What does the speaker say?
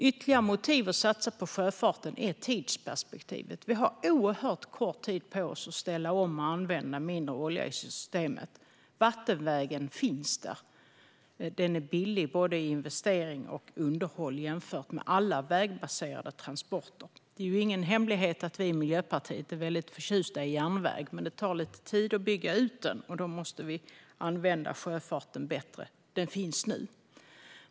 Ytterligare motiv för att satsa på sjöfarten är tidsperspektivet. Vi har oerhört kort tid på oss att ställa om och använda mindre olja i systemet. Vattenvägen finns på plats. Den är billig i både investering och underhåll jämfört med alla vägbaserade transporter. Det är ingen hemlighet att vi i Miljöpartiet är förtjusta i järnväg, men det tar lite tid att bygga ut den. Då måste vi använda sjöfarten bättre. Den finns nu.